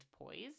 poised